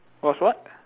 was what